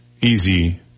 easy